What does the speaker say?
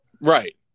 Right